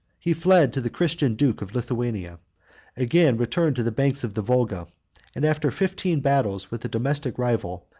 he fled to the christian duke of lithuania again returned to the banks of the volga and, after fifteen battles with a domestic rival,